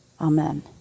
amen